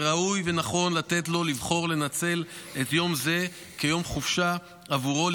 וראוי ונכון לתת לו לבחור לנצל את יום זה כיום חופשה עבורו,